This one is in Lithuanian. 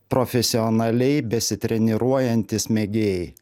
profesionaliai besitreniruojantys mėgėjai